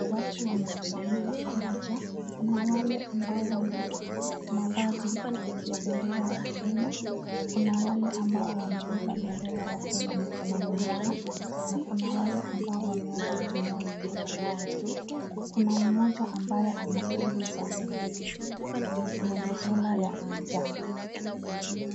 Watu wamekusanyika pamoja. Kuna wale ambao wana mavazi ya bendera ya Kenya, kuna wale ambao wamebeba bendera ya Kenya mikononi mwao na kuna wale ambao wameweza kuinua mikono yao juu. Kuna mmoja ambaye anapuliza vuvuzela ya kijani.